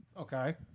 Okay